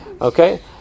Okay